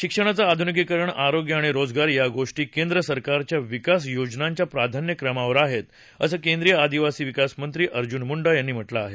शिक्षणाचं आधुनिकीकरण आरोग्य आणि रोजगार या गोष्टी केंद्र सरकारच्या विकास योजेनच्या प्राधान्यक्रमावर आहेत असं केंद्रीय आदिवासी विकास मंत्री अर्जुन मुंडा यांनी म्हा किं आहे